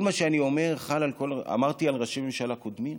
כל מה שאני אומר חל על כל אמרתי על ראשי ממשלה קודמים,